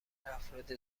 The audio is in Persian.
افراد